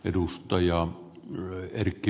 arvoisa puhemies